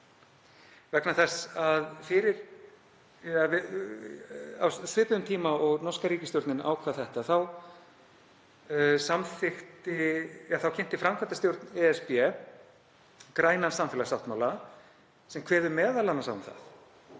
vegna þess að á svipuðum tíma og norska ríkisstjórnin ákvað þetta þá kynnti framkvæmdastjórn ESB grænan samfélagssáttmála sem kveður m.a. á um það